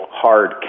hard